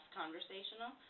conversational